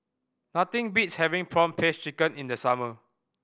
nothing beats having prawn paste chicken in the summer